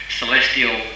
celestial